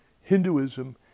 Hinduism